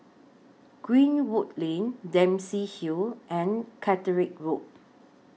Greenwood Lane Dempsey Hill and Catterick Road